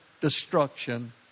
destruction